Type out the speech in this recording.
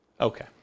Okay